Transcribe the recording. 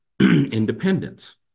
independence